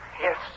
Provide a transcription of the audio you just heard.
Yes